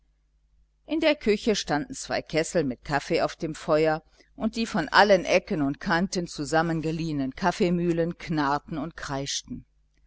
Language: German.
in der küche standen zwei kessel mit kaffee auf dem feuer und die von allen ecken und kanten zusammengeliehenen kaffeemühlen knarrten und kreischten